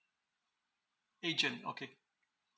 agent okay